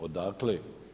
Odakle?